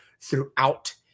throughout